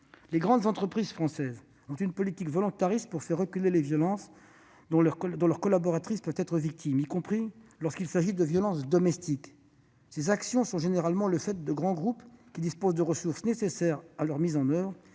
de grandes entreprises françaises ont une politique volontariste pour faire reculer les violences dont leurs collaboratrices peuvent être victimes, y compris lorsqu'il s'agit de violences domestiques. Ces actions sont généralement le fait de grands groupes qui disposent des ressources nécessaires à leur mise en oeuvre,